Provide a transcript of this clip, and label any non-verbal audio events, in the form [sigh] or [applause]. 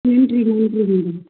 நன்றிங்க [unintelligible] okay madam